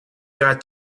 got